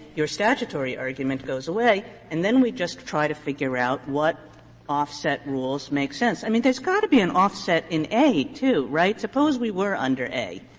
your statutory argument goes away, and then we just try to figure out what offset rules make sense. i mean, there's got to be an offset in a, too, right? suppose we were under a.